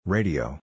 Radio